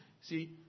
See